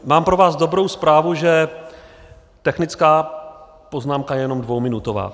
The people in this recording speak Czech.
Mám pro vás dobrou zprávu, že technická poznámka je jenom dvouminutová.